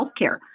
healthcare